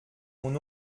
mon